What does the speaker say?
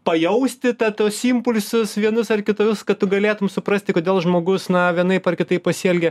pajausti tą tuos impulsus vienus ar kitus kad tu galėtum suprasti kodėl žmogus na vienaip ar kitaip pasielgė